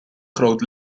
groot